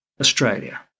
Australia